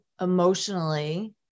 emotionally